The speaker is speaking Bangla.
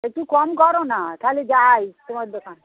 একটু কম করো না তাহলে যাই তোমার দোকানে